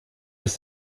was